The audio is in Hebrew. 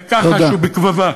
בכחש ובגבבה.